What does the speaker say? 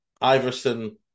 Iverson